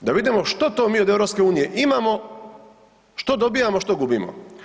Da vidimo što to mi od EU imamo, što dobijamo, što gubimo.